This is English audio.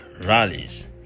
rallies